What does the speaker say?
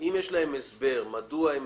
אם יש להם הסבר מדוע הם